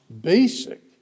basic